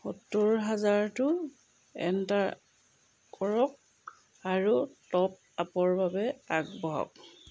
সত্তৰ হাজাৰটো এণ্টাৰ কৰক আৰু টপআপৰ বাবে আগবাঢ়ক